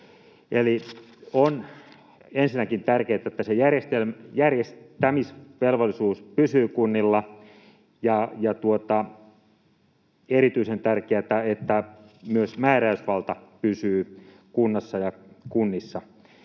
on ensinnäkin tärkeätä, että järjestämisvelvollisuus pysyy kunnilla, ja on erityisen tärkeätä, että myös määräysvalta pysyy kunnassa ja kunnissa.